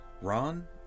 Ron